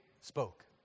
spoke